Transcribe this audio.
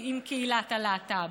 עם קהילת הלהט"ב.